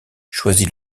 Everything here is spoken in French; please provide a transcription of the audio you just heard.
choisit